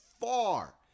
far